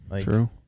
True